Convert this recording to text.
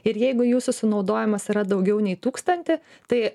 ir jeigu jūsų sunaudojimas yra daugiau nei tūkstantį tai